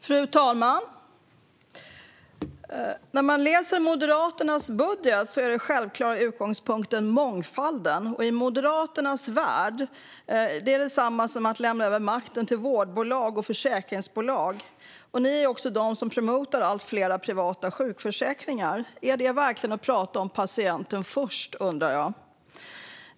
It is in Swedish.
Fru talman! När man läser Moderaternas budget ser man att den självklara utgångspunkten är mångfalden. I Moderaternas värld är det detsamma som att lämna över makten till vårdbolag och försäkringsbolag. Ni är också de som promotar allt fler privata sjukförsäkringar. Är det verkligen att prata om patienten först? Det undrar jag.